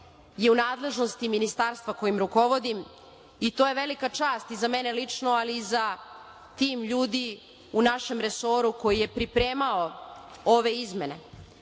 je u nadležnosti ministarstva kojim rukovodim i to je velika čast i za mene lično, ali i za tim ljudi u našem resoru koji je pripremao ove izmene.